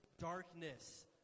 darkness